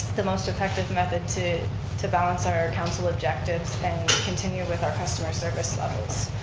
the most effective method to to balance our council objectives and continue with our customer service levels.